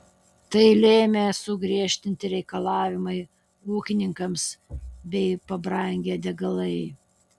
tai lėmė sugriežtinti reikalavimai ūkininkams bei pabrangę degalai